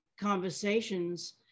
conversations